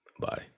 Bye